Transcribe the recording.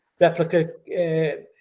replica